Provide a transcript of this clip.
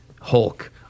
Hulk